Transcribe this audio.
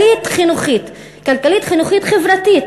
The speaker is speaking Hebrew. כלכלית-חינוכית-חברתית,